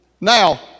Now